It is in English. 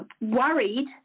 worried